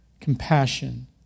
compassion